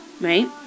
right